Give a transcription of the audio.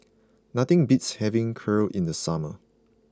nothing beats having Kheer in the summer